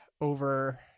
over